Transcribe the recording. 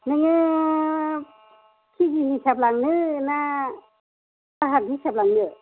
नोङो केजि हिसाब लांनो ना बाहाग हिसाब लांनो